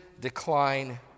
decline